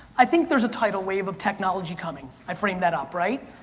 i think there's a tidal wave of technology coming, i framed that up right?